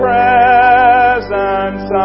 presence